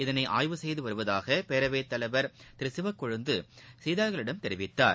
இதனை ஆய்வு செய்து வருவதாக பேரவை தலைவர் திரு சிவக்கொழுந்து செய்தியாளர்களிடம் தெரிவித்தார்